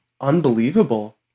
Unbelievable